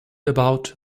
about